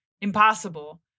Impossible